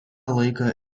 laiką